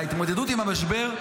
וההתמודדות עם המשבר,